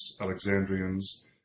Alexandrians